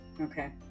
Okay